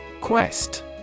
Quest